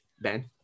ben